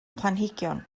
planhigion